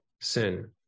sin